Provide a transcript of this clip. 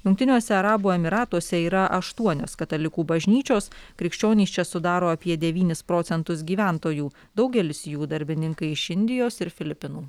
jungtiniuose arabų emyratuose yra aštuonios katalikų bažnyčios krikščionys čia sudaro apie devynis procentus gyventojų daugelis jų darbininkai iš indijos ir filipinų